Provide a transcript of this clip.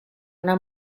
una